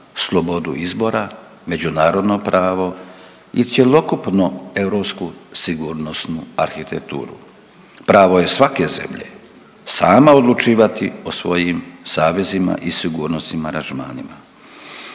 slobodu izbora, međunarodno pravo i cjelokupno europsku sigurnosnu arhitekturu. Pravo je svake zemlje sama odlučivati o svojim savezima i sigurnosnim aranžmanima.